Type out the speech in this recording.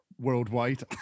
worldwide